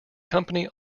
company